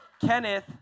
Kenneth